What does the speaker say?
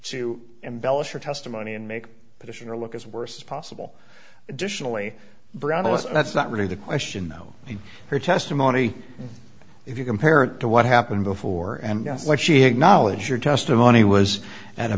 to embellish her testimony and make petitioner look as worse as possible additionally brown alyson that's not really the question though her testimony if you compare it to what happened before and what she acknowledged your testimony was at a